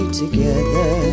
together